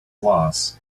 loss